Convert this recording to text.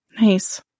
Nice